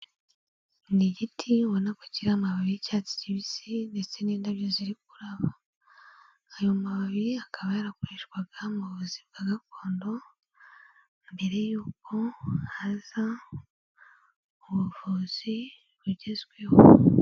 Ni igiti ubona ko kiriho amabaye y'icyatsi kibisi ndetse n'indabyo ziri kuraba, ayo mababi akaba yarakoreshwaga mu buvuzi bwa gakondo mbere y'uko haza ubuvuzi bugezweho.